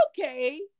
okay